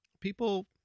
People